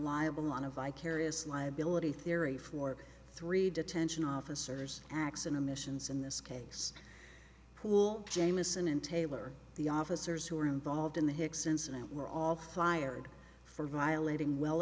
liable on a vicarious liability theory for three detention officers x and emissions in this case pool jamieson and taylor the officers who were involved in the hicks incident were all fired for violating well